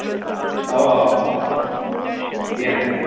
اَوا اَوا کینٛہہ تہِ